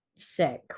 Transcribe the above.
sick